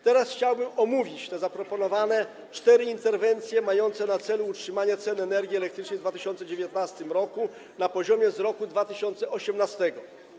Teraz chciałbym omówić te zaproponowane cztery interwencje mające na celu utrzymanie ceny energii elektrycznej w 2019 r. na poziomie z roku 2018.